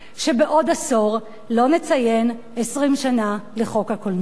שבעוד עשור לא נציין 20 שנה לחוק הקולנוע.